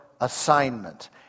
assignment